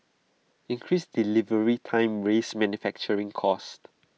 increased delivery times raise manufacturing costs